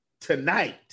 tonight